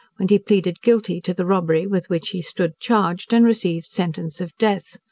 when he pleaded guilty to the robbery with which he stood charged, and received sentence of death.